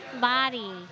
body